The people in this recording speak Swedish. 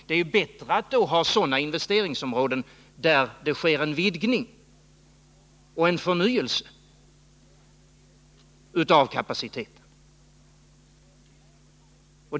Det är ju bättre att ha sådanå Torsdagen den investeringsområden där det sker en vidgning och en förnyelse av kapacite 13 december 1979 ten.